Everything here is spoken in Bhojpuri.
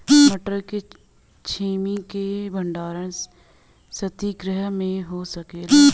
मटर के छेमी के भंडारन सितगृह में हो सकेला?